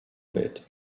bit